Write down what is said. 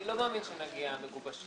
אני לא מאמין שנגיע מגובשים.